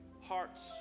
hearts